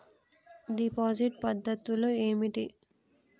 Deposit పద్ధతులు ఏమిటి?